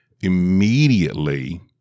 Immediately